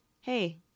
hey